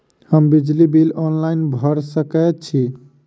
हम बिजली bill online भैर सकै छी?